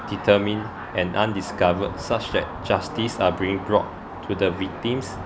determine and undiscovered such that justice are being brought to the victims